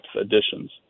additions